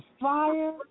fire